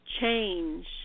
change